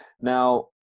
Now